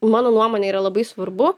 mano nuomone yra labai svarbu